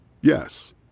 Yes